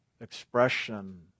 expression